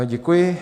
Děkuji.